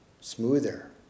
smoother